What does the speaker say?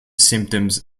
symptoms